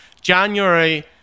January